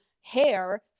hair